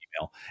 email